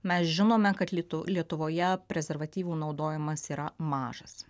mes žinome kad lietuvoje prezervatyvų naudojimas yra mažas